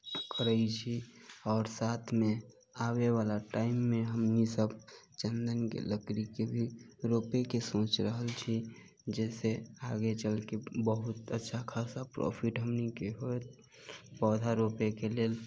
करै छी आओर साथमे आबे वाला टाइम मे हमनी सब चन्दन के लकड़ी के भी रोपे के सोचि रहल छी जाहिसे आगे चलके बहुत अच्छा खासा प्रॉफिट हमनी के होयत पौधा रोपय के लेल